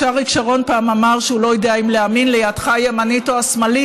כשאריק שרון פעם אמר שהוא לא יודע אם להאמין לידך הימנית או השמאלית,